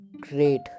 great